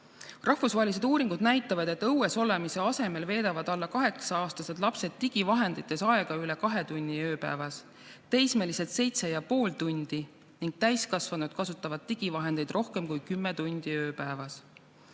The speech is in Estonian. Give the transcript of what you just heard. Rahvusvahelised uuringud näitavad, et õues olemise asemel veedavad isegi alla kaheksa-aastased lapsed digivahendites aega üle kahe tunni ööpäevas, teismelised seitse ja pool tundi ning täiskasvanud kasutavad digivahendeid rohkem kui kümme tundi ööpäevas.